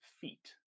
feet